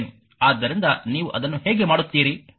ಆದ್ದರಿಂದ ನೀವು ಅದನ್ನು ಹೇಗೆ ಮಾಡುತ್ತೀರಿ